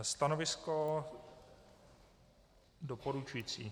Stanovisko doporučující.